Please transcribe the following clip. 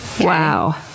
Wow